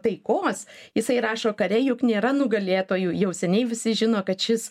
taikos jisai rašo kare juk nėra nugalėtojų jau seniai visi žino kad šis